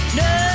no